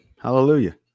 Hallelujah